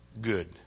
good